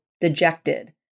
dejected